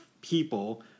people